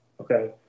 Okay